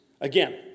again